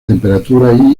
temperatura